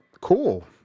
cool